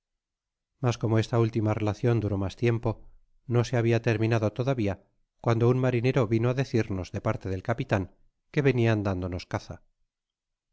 mas ci uto esta última relacion duró mas tiempo no se habia terminado todavia cuando un marinero vino á decirnos de parte del capitan que venian dándonos caza